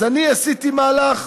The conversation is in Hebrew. אז אני עשיתי מהלך,